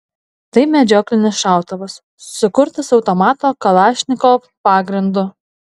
tai medžioklinis šautuvas sukurtas automato kalašnikov pagrindu